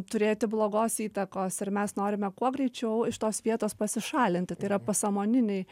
turėti blogos įtakos ir mes norime kuo greičiau iš tos vietos pasišalinti tai yra pasąmoniniai